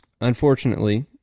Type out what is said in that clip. Unfortunately